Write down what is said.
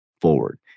forward